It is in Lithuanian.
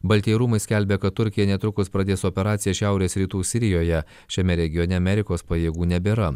baltieji rūmai skelbė kad turkija netrukus pradės operaciją šiaurės rytų sirijoje šiame regione amerikos pajėgų nebėra